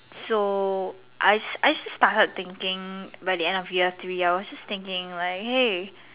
so I I just started thinking by the end of the year T_V L just thinking like hey